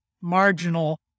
marginal